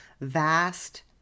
vast